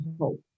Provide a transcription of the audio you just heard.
hope